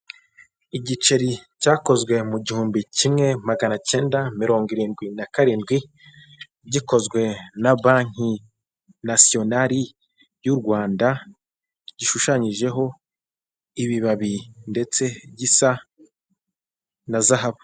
Igiceri cyakozwe mu gihumbi kimwe magana cyenda mirongo irindwi na karindwi gikozwe na banki nasiyonari y'u Rwanda gishushanyijeho ibibabi ndetse gisa na zahabu.